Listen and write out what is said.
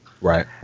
Right